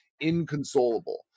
inconsolable